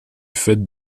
fait